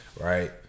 right